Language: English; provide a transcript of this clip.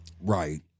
Right